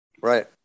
right